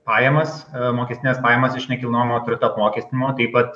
pajamas mokestines pajamas iš nekilnojamojo turto apmokestinimo taip pat